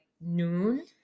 noon